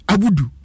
Abudu